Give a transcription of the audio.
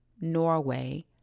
Norway